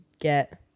get